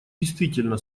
действительно